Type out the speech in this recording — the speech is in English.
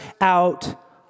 out